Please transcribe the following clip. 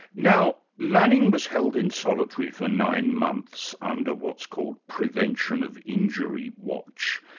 now manning was held in solitary for nine months under what's called prevention of injury watch.